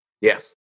Yes